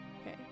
Okay